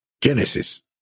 Genesis